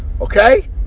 Okay